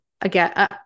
again